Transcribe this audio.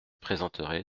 présenterai